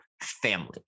family